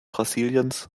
brasiliens